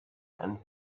and